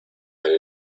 del